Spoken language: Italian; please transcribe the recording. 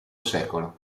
secolo